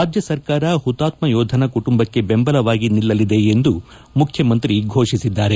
ರಾಜ್ಯ ಸರ್ಕಾರ ಹುತಾತ್ಮ ಯೋಧನ ಕುಟುಂಬಕ್ಕೆ ಬೆಂಬಲವಾಗಿ ನಿಲ್ಲಲಿದೆ ಎಂದು ಮುಖ್ಯಮಂತ್ರಿ ಫೋಷಿಸಿದ್ದಾರೆ